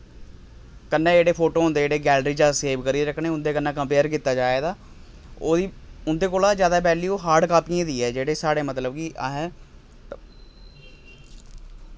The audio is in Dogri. कन्नै जेह्ड़े फोटो होंदे जेह्ड़े गैलरी च सेव करियै रक्खने उं'दे च कंपेयर कीता जाए तां ओह्दी उं'दे कोला ज्यादा वेल्यू हार्ड कापियें दी ऐ जेह्ड़े साढ़े मतलब कि असें